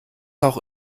auch